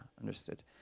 understood